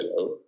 out